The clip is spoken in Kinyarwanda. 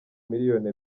miliyoni